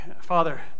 Father